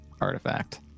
artifact